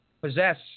possess